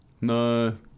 No